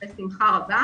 אנה לרנר זכות בשמחה רבה.